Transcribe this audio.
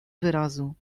wyrazu